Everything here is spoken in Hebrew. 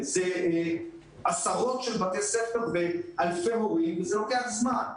זה עשרות בתי ספר ואלפי הורים וזה לוקח זמן.